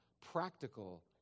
practical